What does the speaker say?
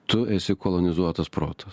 tu esi kolonizuotas protas